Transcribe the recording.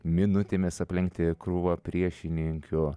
minutėmis aplenkti krūvą priešininkių